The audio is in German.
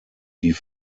die